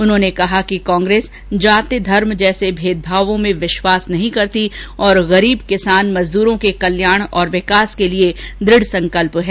उन्होंने कहा कि कांग्रेस जाति धर्म जैसे भेदभावों में विश्वास नहीं करती और गरीब किसान मजदूरों के कल्याण और विकास के लिए दृढ संकल्प है